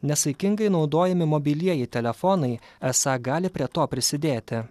nesaikingai naudojami mobilieji telefonai esą gali prie to prisidėti